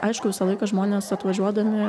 aišku visą laiką žmonės atvažiuodami